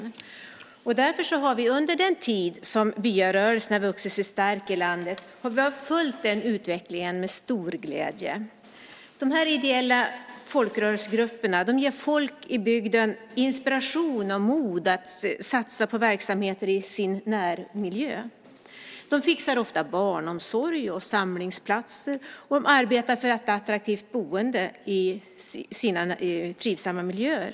Därför har vi under den tid som byarörelserna vuxit sig starka i landet följt den utvecklingen med stor glädje. De här ideella folkrörelsegrupperna ger folk i bygden inspiration och mod att satsa på verksamheter i sin närmiljö. De fixar ofta barnomsorg och samlingsplatser, och de arbetar för ett attraktivt boende i trivsamma miljöer.